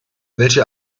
welche